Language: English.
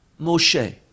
moshe